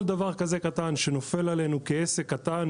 כל דבר כזה קטן שנופל עלינו כעסק קטן,